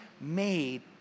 made